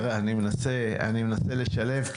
אני מנסה לשלב,